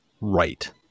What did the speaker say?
right